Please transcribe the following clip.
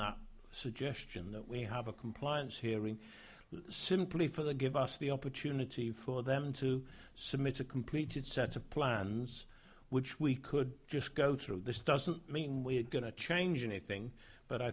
the suggestion that we have a compliance hearing simply for the give us the opportunity for them to submit a completed set of plans which we could just go through this doesn't mean we're going to change anything but i